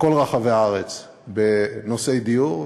בכל רחבי הארץ בנושאי דיור,